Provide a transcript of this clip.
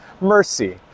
mercy